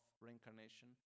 reincarnation